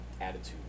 attitude